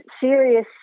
serious